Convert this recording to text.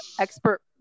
expert